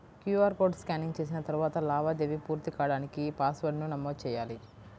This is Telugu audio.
క్యూఆర్ కోడ్ స్కానింగ్ చేసిన తరువాత లావాదేవీ పూర్తి కాడానికి పాస్వర్డ్ను నమోదు చెయ్యాలి